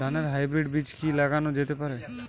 ধানের হাইব্রীড বীজ কি লাগানো যেতে পারে?